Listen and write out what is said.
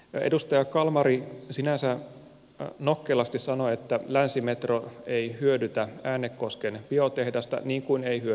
edustaja kalmari sinänsä nokkelasti sanoi että länsimetro ei hyödytä äänekosken biotehdasta niin kuin ei hyödytäkään